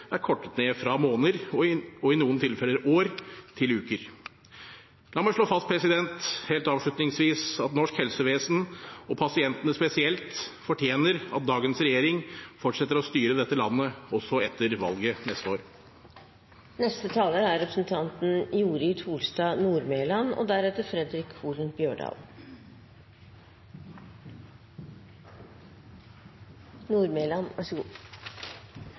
er kortet ned fra måneder og i noen tilfeller år til uker. La meg slå fast helt avslutningsvis at norsk helsevesen og pasientene spesielt fortjener at dagens regjering fortsetter å styre dette landet også etter valget neste år. Det ble nevnt fra talerstolen i går at det er